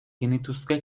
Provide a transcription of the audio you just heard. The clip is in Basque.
genituzke